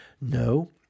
no